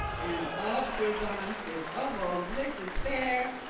and observances of all blisses bare.